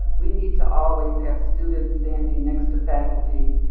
we need to always have students standing next to faculty,